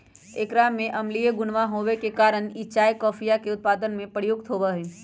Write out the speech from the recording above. एकरा में अम्लीय गुणवा होवे के कारण ई चाय कॉफीया के उत्पादन में प्रयुक्त होवा हई